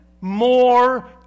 more